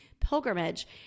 pilgrimage